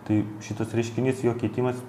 tai šitas reiškinys jo keitimas